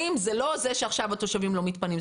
זה לא זה שעכשיו התושבים לא מתפנים.